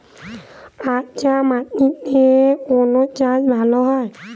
কাঁকর মাটিতে কোন চাষ ভালো হবে?